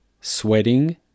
sweating